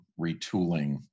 retooling